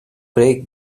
break